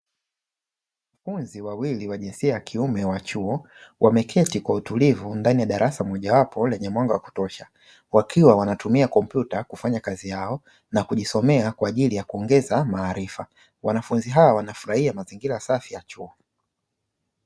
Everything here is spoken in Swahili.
Wanafunzi wawili wa jinsia ya kiume wa chuo wameketi kwa utulivu ndani ya darasa mojawapo lenye mwanga wa kutosha; wakiwa wanatumia kompyuta kufanya kazi yao na kujisomea kwa ajili ya kuongeza maarifa, wanafunzi hao wanafurahia mazingira safi ya chuo.